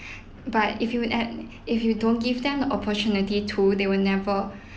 but if you ev~ if you don't give them opportunity too they will never